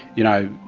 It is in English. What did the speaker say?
you know,